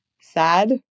sad